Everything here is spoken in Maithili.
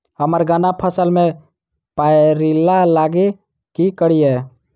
हम्मर गन्ना फसल मे पायरिल्ला लागि की करियै?